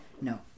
No